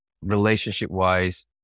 Relationship-wise